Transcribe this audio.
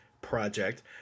project